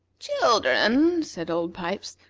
children, said old pipes,